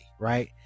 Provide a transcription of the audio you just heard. right